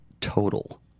total